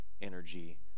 energy